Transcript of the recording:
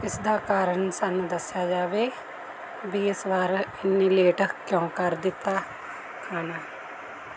ਇਸ ਦਾ ਕਾਰਨ ਸਾਨੂੰ ਦੱਸਿਆ ਜਾਵੇ ਵੀ ਇਸ ਵਾਰ ਇੰਨੀ ਲੇਟ ਕਿਉਂ ਕਰ ਦਿੱਤਾ ਖਾਣਾ